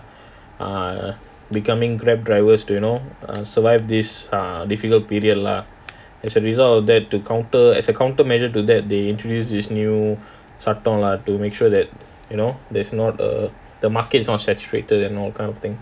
are becoming grab drivers to you know err survive this difficult period lah as a result of that to counter as a counter measure to that they introduce this new சட்டம்:sattam lah to make sure that you know there's not err the market is not saturated and all those kind of thing